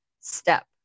step